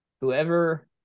whoever